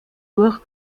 durch